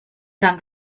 dank